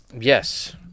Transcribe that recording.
Yes